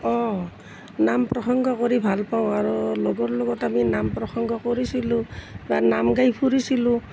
অ নাম প্ৰসঙ্গ কৰি ভাল পাওঁ আৰু লগৰৰ লগত আমি নাম প্ৰসঙ্গ কৰিছিলোঁ বা নাম গাই ফুৰিছিলোঁ